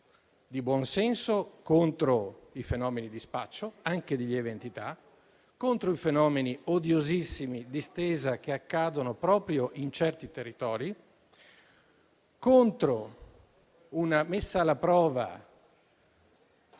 di buon senso contro i fenomeni di spaccio, anche di lieve entità, contro i fenomeni odiosissimi di *stesa* che accadono proprio in certi territori, contro una messa alla prova